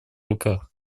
руках